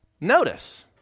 Notice